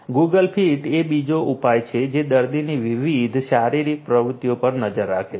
Google Fit એ બીજો ઉપાય છે જે દર્દીની વિવિધ શારીરિક પ્રવૃત્તિઓ પર નજર રાખે છે